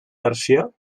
versió